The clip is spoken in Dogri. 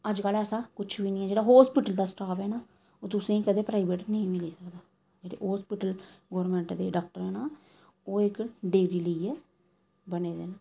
अज्जकल ऐसा कुछ बी निं ऐ जेह्ड़ा हॉस्पिटल दा स्टॉफ ऐ ना ओह् तुसें ई कदें प्राइवेट नेईं मिली सकदा जेह्ड़े हॉस्पिटल गौरमेंट दे डॉक्टर ऐ ना ओह् इक डिग्री लेइये बने दे न